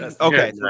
Okay